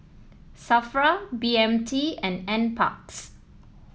Safra B M T and NParks